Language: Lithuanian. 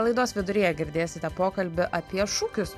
laidos viduryje girdėsite pokalbį apie šūkius